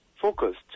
focused